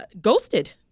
Ghosted